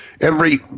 every—